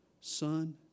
Son